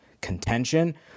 contention